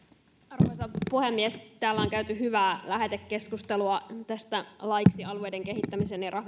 arvoisa puhemies täällä on käyty hyvää lähetekeskustelua tästä laiksi alueiden kehittämisen ja